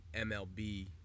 MLB